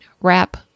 wrap